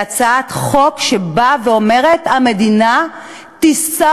היא הצעת חוק שבאה ואומרת: המדינה תישא